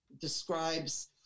describes